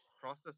process